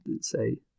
say